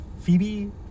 Phoebe